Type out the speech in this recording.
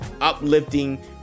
uplifting